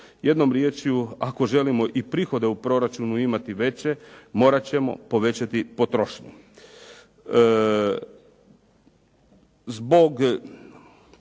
Jednom rječju, ako želimo i prihode u proračunu imate veće morat ćemo povećati potrošnju.